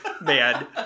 man